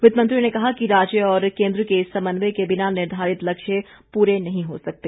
वि रामंत्री ने कहा कि राज्य और केन्द्र के समन्वय के बिना निर्धारित लक्ष्य पूरे नहीं हो सकते